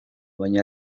baina